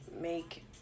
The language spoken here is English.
make